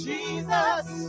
Jesus